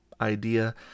idea